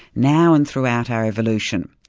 now and throughout our evolution.